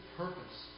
purpose